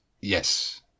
Yes